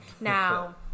Now